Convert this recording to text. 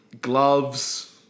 Gloves